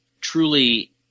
truly